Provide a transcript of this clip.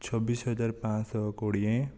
ଚବିଶ ହଜାର ପାଞ୍ଚ ଶହ କୋଡ଼ିଏ